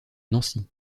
nancy